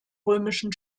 römischen